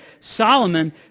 Solomon